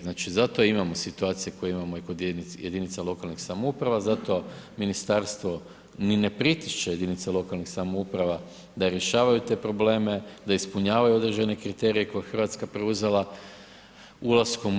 Znači zato situacije koje imamo i kod jedinica lokalnih samouprava, zato ministarstvo ni ne pritišće jedinice lokalnih samouprava da rješavaju te probleme, da ispunjavaju određene kriterije koje je Hrvatska preuzela ulaskom u EU.